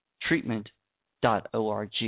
treatment.org